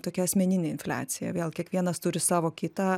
tokia asmeninė infliacija vėl kiekvienas turi savo kitą